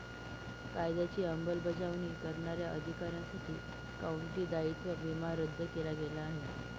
कायद्याची अंमलबजावणी करणाऱ्या अधिकाऱ्यांसाठी काउंटी दायित्व विमा रद्द केला गेला आहे